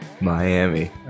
Miami